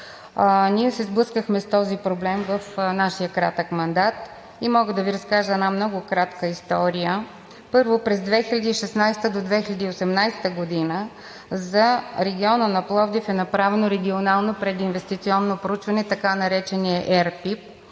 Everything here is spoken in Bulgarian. Ние се сблъскахме с този проблем в нашия кратък мандат и мога да Ви разкажа една много кратка история. Първо, през 2016-а до 2018 г. за региона на Пловдив е направено регионално прединвестиционно проучване, така нареченият РПИП,